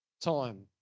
time